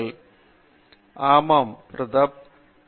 பேராசிரியர் ஸ்ரீகாந்த் வேதாந்தம் ஆமாம் பிரதாப் ஹரிதாஸ்